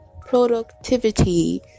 productivity